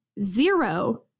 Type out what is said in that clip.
zero